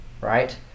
right